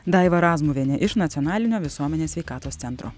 daiva razmuvienė iš nacionalinio visuomenės sveikatos centro